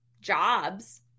jobs